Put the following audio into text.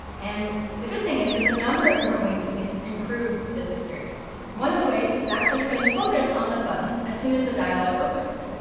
and the good thing is there's a number of different ways you can improve this experience. one of the ways is actually putting focus on the button as soon as the dialog opens.